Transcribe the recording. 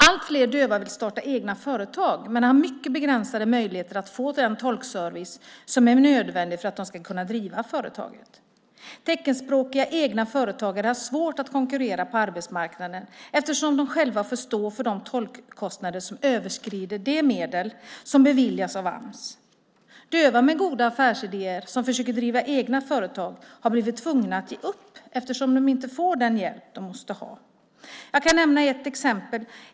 Allt fler döva vill starta egna företag men har mycket begränsade möjligheter att få den tolkservice som är nödvändig för att de ska kunna driva företaget. Teckenspråkiga egna företagare har svårt att konkurrera på arbetsmarknaden eftersom de själva får stå för de tolkkostnader som överskrider de medel som beviljas av Ams. Döva med goda affärsidéer som försöker driva egna företag har blivit tvungna att ge upp eftersom de inte får den hjälp de måste ha. Jag kan nämna ett exempel.